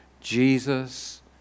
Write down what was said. Jesus